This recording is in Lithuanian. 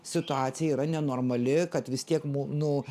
situacija yra nenormali kad vis tiek mu nu